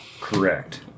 Correct